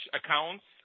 accounts